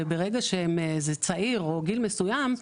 וברגע שזה צעיר או גיל מסוים,